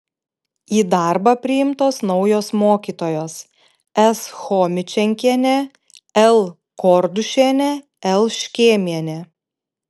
į darbą priimtos naujos mokytojos s chomičenkienė l kordušienė l škėmienė